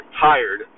tired